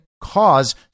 cause